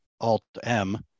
Alt-M